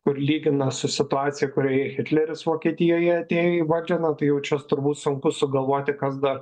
kur lygina su situacija kurioje hitleris vokietijoje atėjo į valdžią na tai jau čia turbūt sunku sugalvoti kas dar